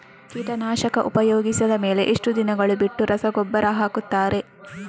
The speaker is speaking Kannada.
ಕೀಟನಾಶಕ ಉಪಯೋಗಿಸಿದ ಮೇಲೆ ಎಷ್ಟು ದಿನಗಳು ಬಿಟ್ಟು ರಸಗೊಬ್ಬರ ಹಾಕುತ್ತಾರೆ?